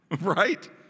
Right